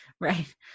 Right